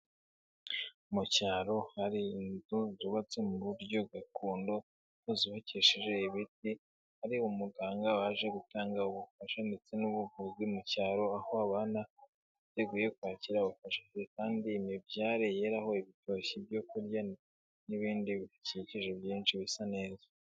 Mu cyaro hari inzu zubabatse mu buryo gakondo, ariko zubakisheje ibiti, hari umuganga waje gutanga ubufasha ndetse n'ubuvuzi, mu cyaro aho babana biteguye kwakira ubufasha, kandi imibyare yera aho ibitoki byo kurya n'ibindi bidukikije byinshi bisa neza.